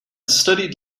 studied